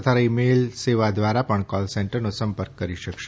તથા ઇમેલ સેવા દ્વારા પણ કોલ સેન્ટરનો સંપર્ક કરી શકશે